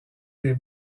des